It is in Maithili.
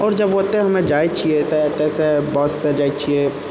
आओर जब ओतय हम जाइ छियै तऽ एतयसँ बससँ जाइ छियै